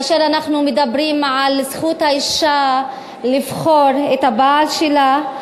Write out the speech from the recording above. כאשר אנחנו מדברים על זכות האישה לבחור את הבעל שלה,